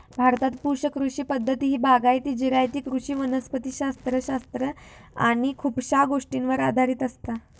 भारतात पुश कृषी पद्धती ही बागायती, जिरायती कृषी वनस्पति शास्त्र शास्त्र आणि खुपशा गोष्टींवर आधारित असता